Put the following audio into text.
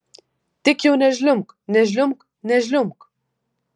tik jau nežliumbk nežliumbk nežliumbk